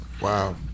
wow